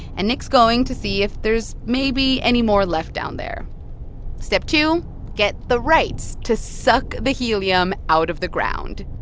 and nick's going to see if there's maybe any more left down there step two get the rights to suck the helium out of the ground.